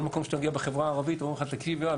כל מקום שאתה מגיע בחברה הערבית אומרים לך: יואב,